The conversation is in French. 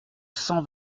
cent